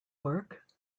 work